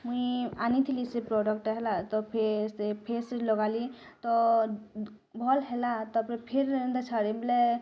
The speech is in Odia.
ମୁଇଁ ଆନିଥିଲି ସେ ପ୍ରଡ଼କ୍ଟଟା ହେଲା ତ ଫେର୍ ସେ ଫେସ୍ରେ ଲଗାଲି ତ ଭଲ୍ ହେଲା ତା'ପରେ ଫେର୍ ଏନ୍ତା ଛାଡ଼ିଲେ